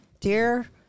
Dear